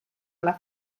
alla